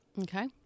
Okay